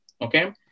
okay